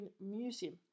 Museum